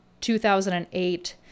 2008